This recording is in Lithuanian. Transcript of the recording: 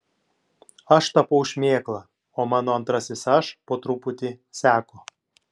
aš tapau šmėkla o mano antrasis aš po truputį seko